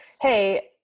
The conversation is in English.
hey